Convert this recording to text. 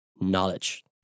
knowledge